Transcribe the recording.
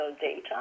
data